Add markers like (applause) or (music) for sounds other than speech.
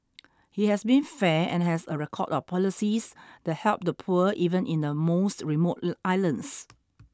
he has been fair and has a record of policies that help the poor even in the most remote (unintelligible) islands